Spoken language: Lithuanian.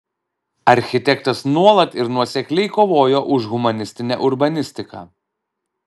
architektas nuolat ir nuosekliai kovojo už humanistinę urbanistiką